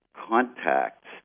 contacts